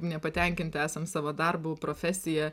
nepatenkinti esam savo darbu profesija